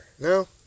No